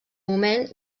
moment